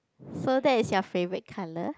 so that's your favourite colour